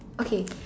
okay